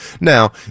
now